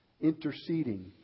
interceding